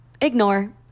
ignore